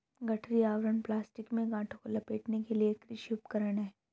गठरी आवरण प्लास्टिक में गांठों को लपेटने के लिए एक कृषि उपकरण है